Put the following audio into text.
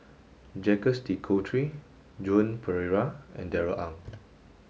Jacques De Coutre Joan Pereira and Darrell Ang